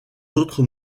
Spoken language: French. autres